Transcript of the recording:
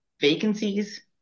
vacancies